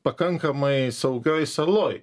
pakankamai saugioj saloj